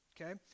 Okay